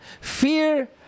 fear